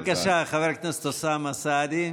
בבקשה, חבר הכנסת אוסאמה סעדי.